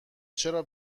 چرا